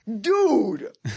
Dude